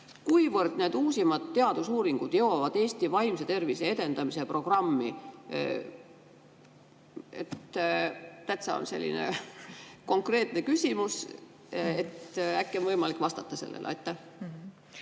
Kuivõrd need uusimad teadusuuringud jõuavad Eesti vaimse tervise edendamise programmi? Täitsa selline konkreetne küsimus, äkki on võimalik vastata sellele. Aitäh,